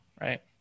right